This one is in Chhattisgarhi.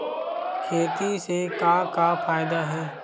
खेती से का का फ़ायदा हे?